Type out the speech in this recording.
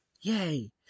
yay